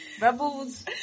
Rebels